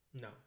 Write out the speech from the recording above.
No